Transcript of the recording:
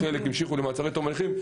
חלק המשיכו למעצרים עד תום ההליכים.